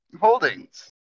holdings